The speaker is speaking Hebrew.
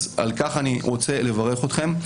על כך אני רוצה לברך אתכם.